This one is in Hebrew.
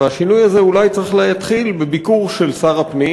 והשינוי הזה אולי צריך להתחיל בביקור של שר הפנים,